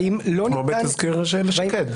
כמו בתזכיר אילת שקד.